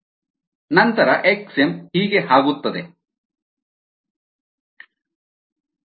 5 ನಂತರ xm ಹೀಗೆ ಆಗುತ್ತದೆ xmYxSSi 1 AKSA YxSASi-KSAKSA YxSASiKS KSA